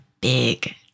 big